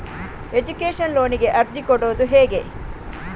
Education ಲೋನಿಗೆ ಅರ್ಜಿ ಕೊಡೂದು ಹೇಗೆ?